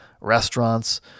restaurants